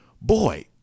boy